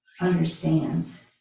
understands